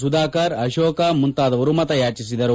ಸುಧಾಕರ್ ಅಶೋಕ ಮುಂತಾದವರು ಮತಯಾಚಿಸಿದರು